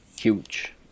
huge